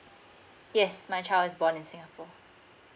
yes my child is born in singapore